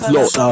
Lord